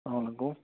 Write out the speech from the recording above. hello